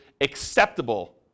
acceptable